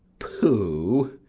pooh!